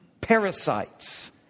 parasites